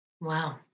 wow